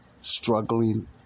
struggling